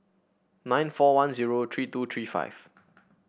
nine four one zero three two three five